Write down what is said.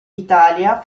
italia